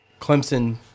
Clemson –